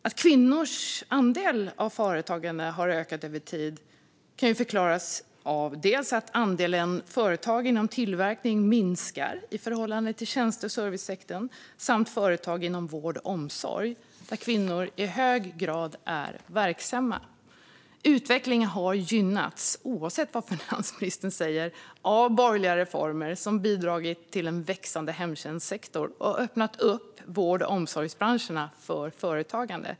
Att kvinnors andel av företagande har ökat över tid kan förklaras av att andelen företag inom tillverkning minskar i förhållande till tjänste och servicesektorn samt till företag inom vård och omsorg, där kvinnor i hög grad är verksamma. Utvecklingen har, oavsett vad finansministern säger, gynnats av borgerliga reformer som har bidragit till en växande hemtjänstsektor och öppnat upp vård och omsorgsbranscherna för företagande.